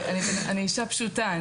אני אישה פשוטה,